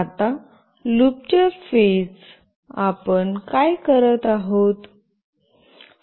आता लूपच्या फेज आपण काय करत आहोत